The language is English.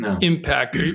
impact